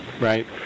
right